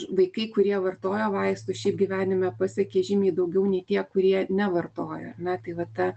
vaikai kurie vartoja vaistus šiaip gyvenime pasiekia žymiai daugiau nei tie kurie nevartoja ar ne tai va ta